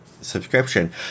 subscription